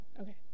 okay